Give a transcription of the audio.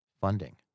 funding